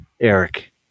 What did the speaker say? Eric